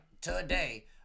Today